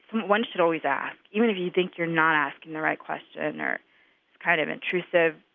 one should always ask, even if you think you're not asking the right question or kind of intrusive.